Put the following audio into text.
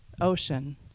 ocean